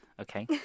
Okay